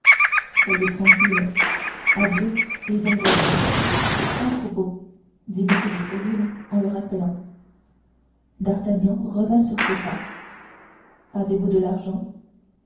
soyez tranquille adieu et bon voyage à propos dit m de tréville en le rappelant d'artagnan revint sur ses pas avez-vous de l'argent